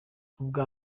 ubwa